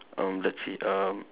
um let's see uh